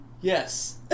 Yes